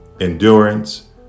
endurance